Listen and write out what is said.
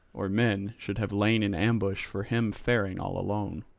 or men should have lain in ambush for him faring all alone,